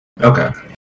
Okay